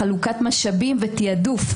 חלוקת משאבים ותעדוף.